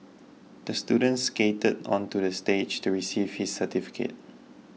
the student skated onto the stage to receive his certificate